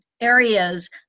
areas